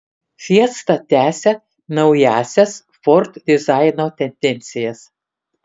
fiesta tęsia naująsias ford dizaino tendencijas